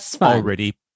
already